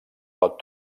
pot